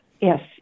yes